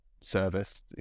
service